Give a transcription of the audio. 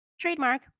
trademark